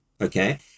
okay